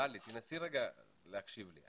טלי, תנסי רגע להקשיב לי.